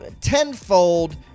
tenfold